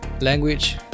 language